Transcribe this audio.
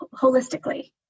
holistically